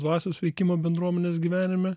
dvasios veikimą bendruomenės gyvenime